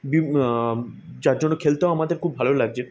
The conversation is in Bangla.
বিভ যার জন্য খেলতেও আমাদের খুব ভালো লাগছে